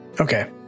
Okay